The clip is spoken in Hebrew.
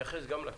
תתייחס גם לזה.